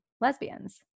lesbians